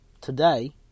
today